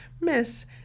Miss